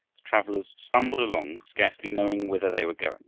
travelers stumbled along, scarcely knowing whither they were